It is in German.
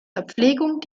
verpflegung